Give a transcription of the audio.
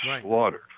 slaughtered